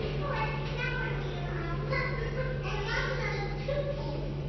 all right now what do we do elmo? well we put imaginary toothpaste,